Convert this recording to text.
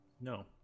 No